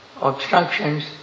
obstructions